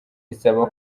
isaba